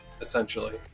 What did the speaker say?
essentially